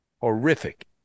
horrific